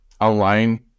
online